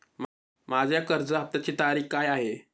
माझ्या कर्ज हफ्त्याची तारीख काय आहे?